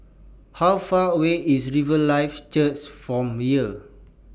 How Far away IS Riverlife Church from here